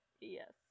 Yes